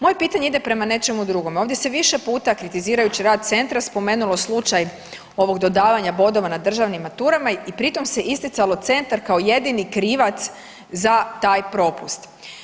Moje pitanje ide prema nečem drugome, ovdje se više puta kritizirajući rad centra spomenulo slučaj ovog dodavanja bodova na državnim maturama i pri tom se isticalo centar kao jedini krivac za taj propust.